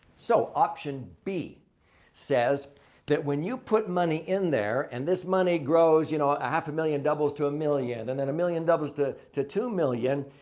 so, option b says that when you put money in there and this money grows you know a half a million doubles to a million and then a million doubles to to two million.